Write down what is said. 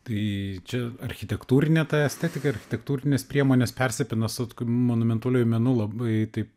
tai čia architektūrinė ta estetika architektūrinės priemonės persipina su monumentoliuju menu labai taip